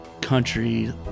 country